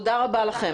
תודה רבה לכם.